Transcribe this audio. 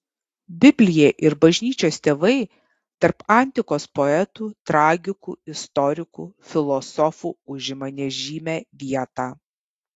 biblija ir bažnyčios tėvai tarp antikos poetų tragikų istorikų filosofų užima nežymią vietą